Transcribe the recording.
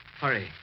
Hurry